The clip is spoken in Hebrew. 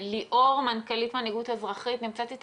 ליאור מנכ"לית "מנהיגות אזרחית" נמצאת?